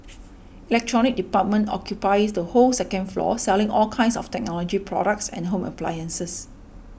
electronics department occupies the whole second floor selling all kinds of technology products and home appliances